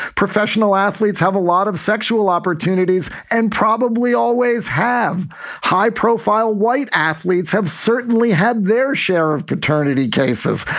professional athletes have a lot of sexual opportunities and probably always have high profile white athletes have certainly had their share of paternity cases.